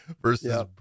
versus